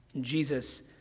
Jesus